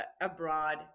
abroad